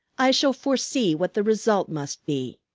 i shall foresee what the result must be.